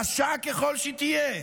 קשה ככל שתהיה,